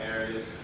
areas